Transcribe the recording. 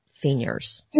seniors